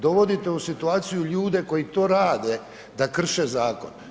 Dovodite u situaciju ljude koji to rade da krše zakon.